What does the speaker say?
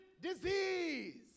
disease